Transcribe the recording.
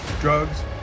Drugs